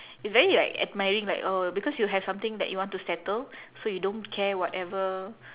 it's very like admiring like oh because you have something that you want to settle so you don't care whatever